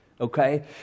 Okay